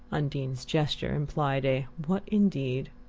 undine's gesture implied a what indeed?